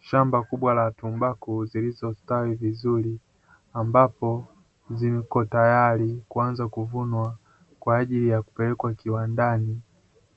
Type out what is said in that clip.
Shamba kubwa la tumbaku zilizostawi vizuri ambapo zipo tayari kuanza kuvunwa, kwa ajili ya kupelekwa kiwandani